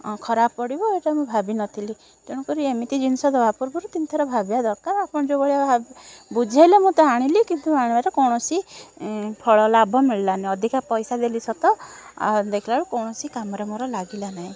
ଖରାପ ପଡ଼ିବ ଏଇଟା ମୁଁ ଭାବିନଥିଲି ତେଣୁକରି ଏମିତି ଜିନିଷ ଦେବା ପୂର୍ବରୁ ତିନି ଥର ଭାବିବା ଦରକାର ଆପଣ ଯେଉଁ ଭଳିଆ ବୁଝେଇଲେ ମୁଁ ତ ଆଣିଲି କିନ୍ତୁ ଆଣିବାର କୌଣସି ଫଳ ଲାଭ ମିଳିଲାନି ଅଧିକା ପଇସା ଦେଲି ସତ ଦେଖିଲା ବେଳକୁ କୌଣସି କାମରେ ମୋର ଲାଗିଲା ନାହିଁ